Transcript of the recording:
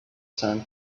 sand